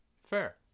Fair